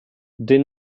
den